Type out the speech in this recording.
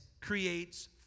creates